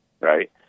right